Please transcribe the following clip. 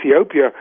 Ethiopia